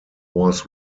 was